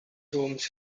rooms